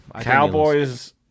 Cowboys